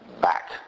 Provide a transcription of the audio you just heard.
back